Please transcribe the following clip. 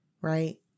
right